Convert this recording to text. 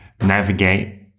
navigate